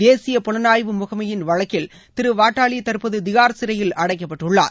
தேசிய புலனாய்வு முகனமயின் வழக்கில் திரு வட்டாலி தற்போது திஹார் சிறையில் வைக்கப்பட்டுள்ளார்